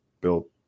built